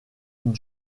une